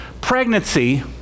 pregnancy